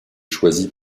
choisi